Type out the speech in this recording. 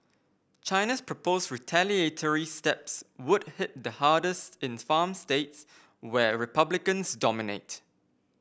China's proposed retaliatory steps would hit the hardest in farm states where Republicans dominate